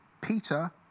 Peter